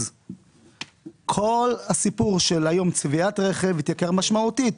כל הסיפור של צביעת רכב התייקר משמעותית.